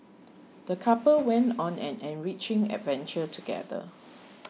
the couple went on an enriching adventure together